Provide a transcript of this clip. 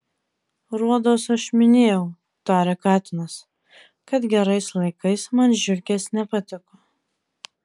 rodos aš minėjau tarė katinas kad gerais laikais man žiurkės nepatiko